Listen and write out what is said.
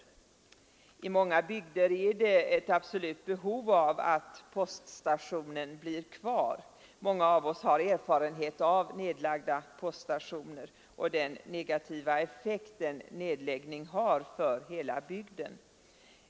I många bygder föreligger ett absolut oehov av att poststationen blir kvar. Många av oss har erfarenhet av nedlagda poststationer och av den negativa effekt en nedläggning har för hela bygden.